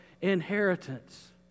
inheritance